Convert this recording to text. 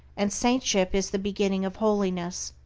and saintship is the beginning of holiness.